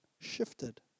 shifted